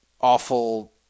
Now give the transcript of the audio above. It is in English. awful